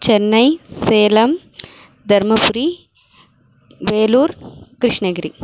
Chennai Salem Dharmapuri Vellore Krishnagiri